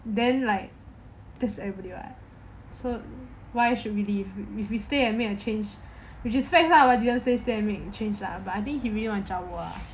then like this everybody right so why should believe if we stay and made a change which is what they say to stay and make a change lah but I think he really want to jump over lah